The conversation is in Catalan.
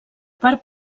part